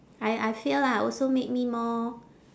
I I feel lah also make me more